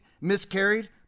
miscarried